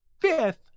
fifth